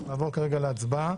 אנחנו נעבור כרגע להצבעה.